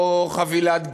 או חבילת גלידה,